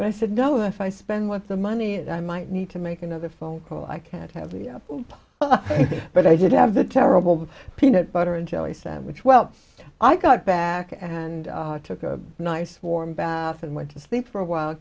but i said no if i spend what the money is i might need to make another phone call i can't have the place but i did have the terrible with peanut butter and jelly sandwich well i got back and took a nice warm bath and went to sleep for a while